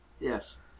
Yes